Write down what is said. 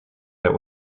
der